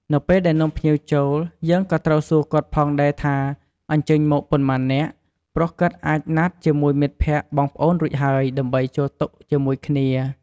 នៅពេលដែលនាំភ្ញៀវចូលយើងក៏ត្រូវសួរគាត់ផងដែរថា អញ្ជើញមកប៉ុន្មាននាក់ ព្រោះគាត់អាចណាត់ជាមួយមិត្តភក្តិបងប្អូនរួចហើយ ដើម្បីចូលតុជាមួយគ្នា។